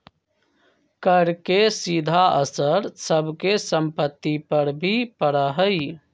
कर के सीधा असर सब के सम्पत्ति पर भी पड़ा हई